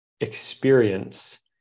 experience